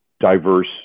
diverse